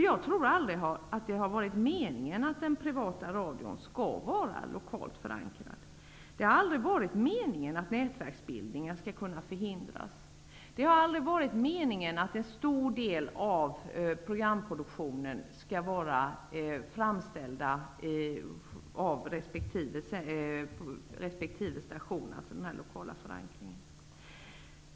Jag tror inte att meningen har varit att den privata radion skall vara lokalt förankrad, att nätverksbildningar skulle kunna förhindras och att en stor del av programproduktionen skulle vara framställd av resp. lokalt förankrad station.